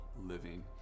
living